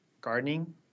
gardening